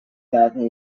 mountain